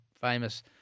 famous